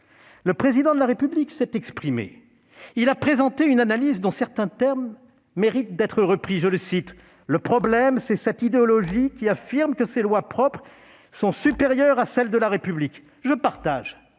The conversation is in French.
Le Président de la République s'est exprimé. Il a présenté une analyse dont certains termes méritent d'être repris :« Le problème, c'est cette idéologie qui affirme que ses lois propres sont supérieures à celles de la République. » Je partage